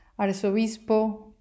Arzobispo